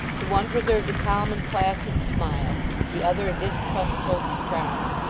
the one preserved a calm and placid smile the other, a distrustful frown.